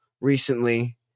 recently